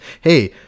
Hey